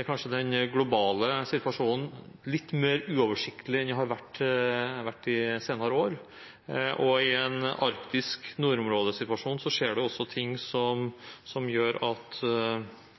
er kanskje den globale situasjonen litt mer uoversiktlig enn hva den har vært i senere år, og i en arktisk nordområdesituasjon skjer det også ting som gjør at